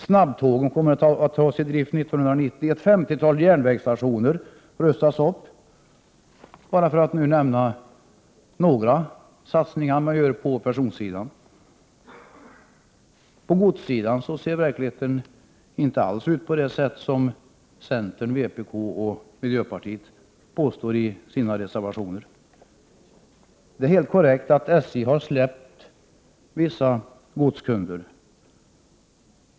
År 1990 kommer snabbtågen att tas i drift, och ett femtiotal järnvägsstationer rustas upp. Detta är bara några av de satsningar som görs på personsidan. Verkligheten på godssidan ser inte alls ut på det sätt som centern, vpk och miljöpartiet påstår i sina reservationer om godssidan. Det är helt korrekt att SJ har släppt vissa godskunder.